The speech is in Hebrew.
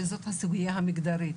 וזאת הסוגיה המגדרית.